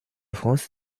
france